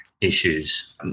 issues